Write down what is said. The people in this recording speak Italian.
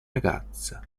ragazza